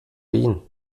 wen